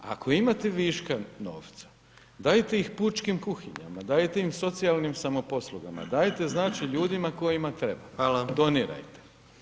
Ako imate viška novca, dajte ih pučkim kuhinjama, dajte im socijalnim samoposlugama, dajte znači ljudima kojima treba [[Upadica: Hvala.]] Donirajte.